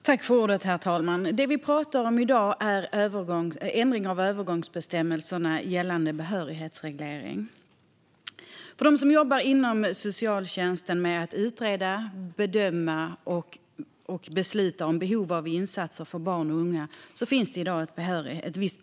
Herr talman! Det vi talar om i dag är ändring av övergångsbestämmelserna gällande behörighetsreglering. För dem som jobbar inom socialtjänsten med att utreda, bedöma och besluta om behov av insatser för barn och unga finns det i dag ett krav på behörighet.